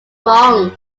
wrong